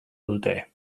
dute